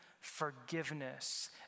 forgiveness